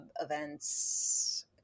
events